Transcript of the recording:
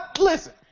listen